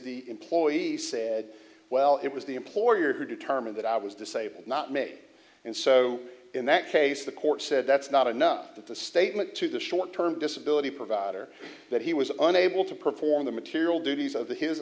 the employee said well it was the employer who determined that i was disabled not made and so in that case the court said that's not enough that the statement to the short term disability provider that he was unable to perform the material duties o